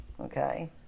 Okay